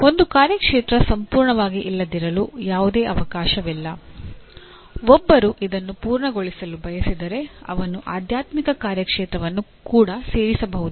ಒಂದು ಕಾರ್ಯಕ್ಷೇತ್ರ ಸಂಪೂರ್ಣವಾಗಿ ಇಲ್ಲದಿರುಲು ಯಾವುದೇ ಅವಕಾಶವಿಲ್ಲ ಒಬ್ಬರು ಇದನ್ನು ಪೂರ್ಣಗೊಳಿಸಲು ಬಯಸಿದರೆ ಅವನು ಆಧ್ಯಾತ್ಮಿಕ ಕಾರ್ಯಕ್ಷೇತ್ರವನ್ನು ಕೂಡ ಸೇರಿಸಬಹುದು